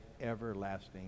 everlasting